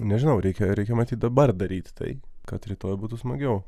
nežinau reikia reikia matyt dabar daryti tai kad rytoj būtų smagiau